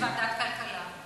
לוועדת הכלכלה.